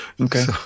okay